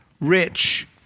Rich